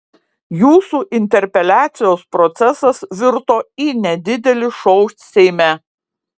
jūsų interpeliacijos procesas virto į nedidelį šou seime